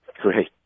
Great